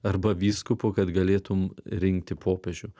arba vyskupu kad galėtum rinkti popiežių